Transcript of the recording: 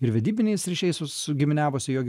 ir vedybiniais ryšiais sus giminiavosi jo gi